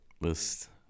list